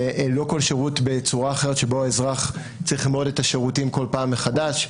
לא כל שירות בצורה אחרת שבו האזרח צריך ללמוד את השירותים כל פעם מחדש.